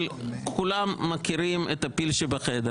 אבל כולם מכירים את הפיל שבחדר.